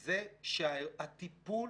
זה שהטיפול